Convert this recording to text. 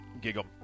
Giggle